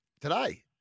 today